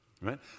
right